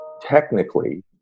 technically